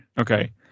Okay